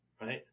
Right